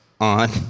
On